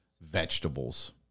vegetables